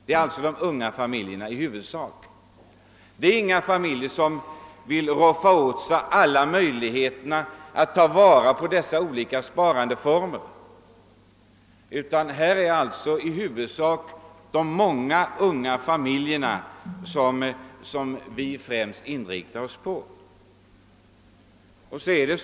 Det är inga familjer som kan roffa åt sig alla möjligheter att utnyttja dessa olika sparandeformer. Nej, jag upprepar att vi främst inriktar oss på de unga familjerna.